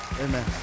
Amen